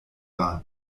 waren